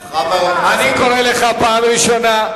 אני קורא אותך לסדר פעם ראשונה.